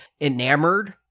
enamored